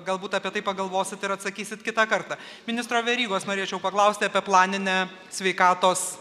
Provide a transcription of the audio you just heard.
galbūt apie tai pagalvosit ir atsakysit kitą kartą ministro verygos norėčiau paklausti apie planinę sveikatos